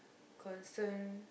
concerns